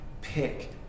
pick